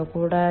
കൂടാതെ